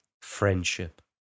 Friendship